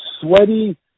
sweaty